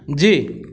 जी